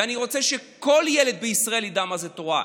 ואני רוצה שכל ילד בישראל ידע מה זה תורה.